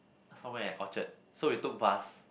somewhere at Orchard so we took bus